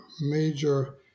major